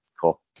Cool